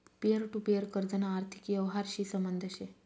peer to peer कर्जना आर्थिक यवहारशी संबंध शे